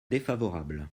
défavorable